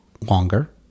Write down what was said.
longer